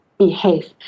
behave